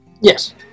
Yes